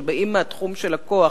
שבאים מהתחום של הכוח,